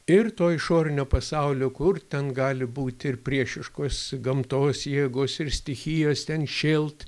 ir to išorinio pasaulio kur ten gali būti ir priešiškos gamtos jėgos ir stichijos ten šėlt